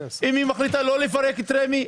אם היא מחליטה לא לפרק את רמ"י,